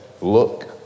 look